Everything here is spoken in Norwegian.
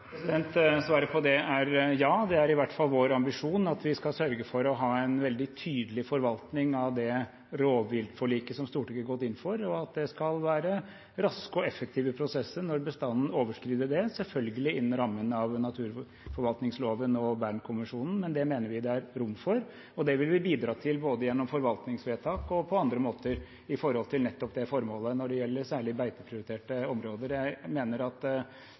Svaret på det er ja. Det er i hvert fall vår ambisjon at vi skal sørge for å ha en veldig tydelig forvaltning av det rovviltforliket som Stortinget har gått inn for, og at det skal være raske og effektive prosesser når bestanden overskrider det, men selvfølgelig innenfor rammen av naturmangfoldloven og Bernkonvensjonen. Det mener vi det er rom for. Det vil vi bidra til gjennom både forvaltningsvedtak og på andre måter, med nettopp det formålet, når det gjelder særlig beiteprioriterte områder. Jeg mener at